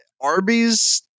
Arby's